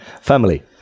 Family